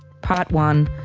part one,